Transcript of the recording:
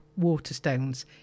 Waterstones